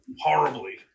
horribly